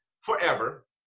forever